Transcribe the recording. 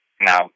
Now